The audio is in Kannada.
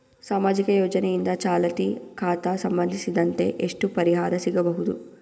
ಸಾಮಾಜಿಕ ಯೋಜನೆಯಿಂದ ಚಾಲತಿ ಖಾತಾ ಸಂಬಂಧಿಸಿದಂತೆ ಎಷ್ಟು ಪರಿಹಾರ ಸಿಗಬಹುದು?